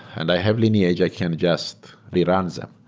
and i have lineage, i can just rerun them.